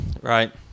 right